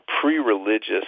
pre-religious